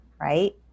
right